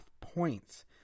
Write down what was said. points